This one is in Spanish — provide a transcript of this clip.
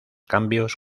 cambios